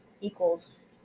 equals